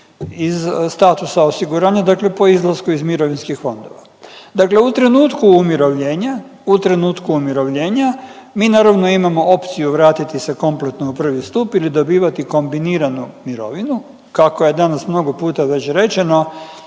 iz statusa osiguranja, dakle po izlasku iz mirovinskih fondova. Dakle, u trenutku umirovljenja u trenutku umirovljenja mi naravno imamo opciju vratiti se kompletno u prvi stup ili dobivati kombinirano mirovinu kako je danas mnogo puta već rečeno